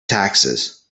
taxes